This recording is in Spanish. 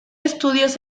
estudios